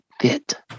fit